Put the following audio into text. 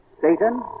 Satan